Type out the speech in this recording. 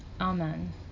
Amen